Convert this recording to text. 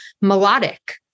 melodic